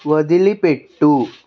వదిలిపెట్టు